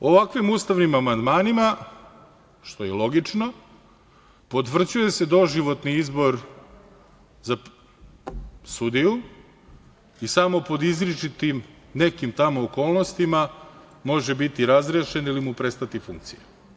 Ovakvim ustavnim amandmanima, što je i logično, potvrđuje se doživotni izbor za sudiju i samo pod izričitim nekim tamo okolnostima može biti razrešen ili mu prestati funkcija.